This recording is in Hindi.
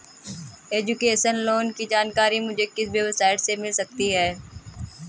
एजुकेशन लोंन की जानकारी मुझे किस वेबसाइट से मिल सकती है?